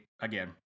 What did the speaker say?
again